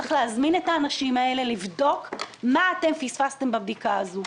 צריך להזמין את האנשים האלה ולבדוק מה אתם פספסתם בבדיקה הזאת.